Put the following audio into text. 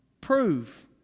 prove